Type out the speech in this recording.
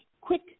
quick